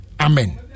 Amen